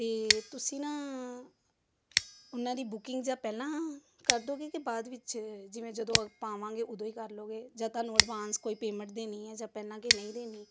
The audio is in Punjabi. ਅਤੇ ਤੁਸੀਂ ਨਾ ਉਹਨਾਂ ਦੀ ਬੁਕਿੰਗ ਜਾਂ ਪਹਿਲਾਂ ਕਰ ਦੋਗੇ ਕਿ ਬਾਅਦ ਵਿੱਚ ਜਿਵੇਂ ਜਦੋਂ ਆਪਾਂ ਆਵਾਂਗੇ ਉਦੋਂ ਹੀ ਕਰ ਲਉਗੇ ਜਾਂ ਤੁਹਾਨੂੰ ਐਡਵਾਂਸ ਕੋਈ ਪੇਮੈਂਟ ਦੇਣੀ ਹੈ ਜਾਂ ਪਹਿਲਾਂ ਕਿ ਨਹੀਂ ਦੇਣੀ